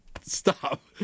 Stop